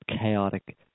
chaotic